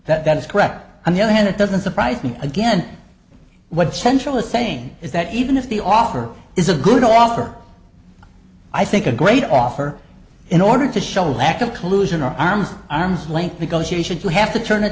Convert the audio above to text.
know that is correct on the other hand it doesn't surprise me again what central is saying is that even if the offer is a good offer i think a great offer in order to show lack of collusion or arms arm's length negotiations you have to turn it